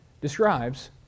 describes